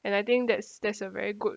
and I think that's that's a very good